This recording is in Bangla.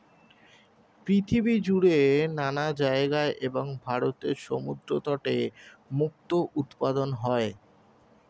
পৃথিবী জুড়ে নানা জায়গায় এবং ভারতের সমুদ্র তটে মুক্তো উৎপাদন হয়